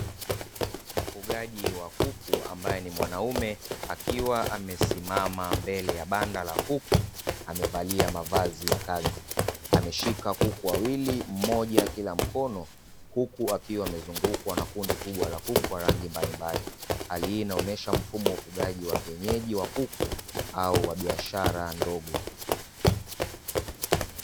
Mfugaji wa kuku ambaye ni mwanaume, akiwa amesimama mbele ya banda la kuku, amevalia mavazi ya kazi. Ameshika kuku wawili mmoja kila mkono huku akiwa amezungukwa na kundi kubwa la kuku wa rangi mbalimbali. Hali hii inaonesha mfumo wa ufugaji wa kienyeji wa kuku au wa biashara ndogo.